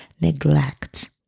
neglect